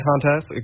contest